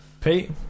Pete